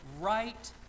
right